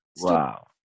wow